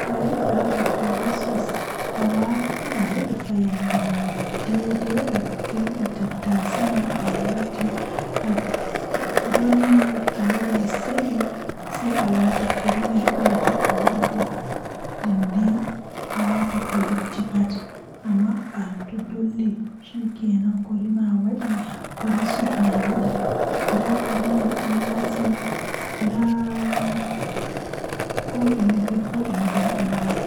Ko ɗum waawugol, kono fota neɗɗo waɗataa njiddungol e personal happiness kadi, sabu ɗuum woodani semmbugol ɗi njamɗi. So a heɓi fota ngal, ɗuum njogitaa wonde kadi njarɗe, e jammaaji wattan. njogorde e jamii ko njaŋnguɗi ko naatude e jam, so no a waawi ndarugol e ɓamɗe heɓde hokkataaji ɗum.